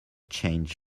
changed